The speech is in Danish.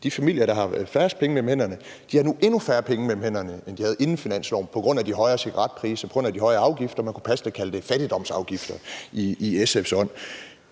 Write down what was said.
de familier, der har færrest penge mellem hænderne, nu har endnu færre penge mellem hænderne, end de havde inden finansloven, på grund af de højere cigaretpriser og på grund af de højere afgifter – man kunne passende i SF's ånd kalde det fattigdomsafgifter. Anerkender